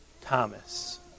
Thomas